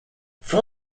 for